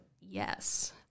Yes